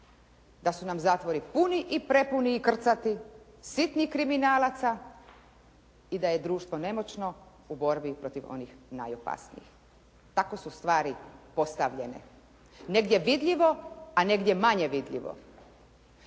da su nam zakoni puni i prepuni i krcati sitnih kriminalaca i da je društvo nemoćno u borbi protiv onih najopasnijih. Tako su stvari postavljene. Negdje vidljivo, a negdje manje vidljivo.